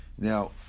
Now